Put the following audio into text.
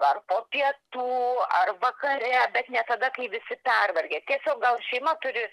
ar po pietų ar vakare bet ne tada kai visi pervargę tiesiog gal šeima turi